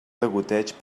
degoteig